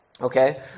Okay